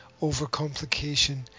Overcomplication